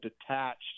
detached